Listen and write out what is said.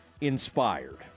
inspired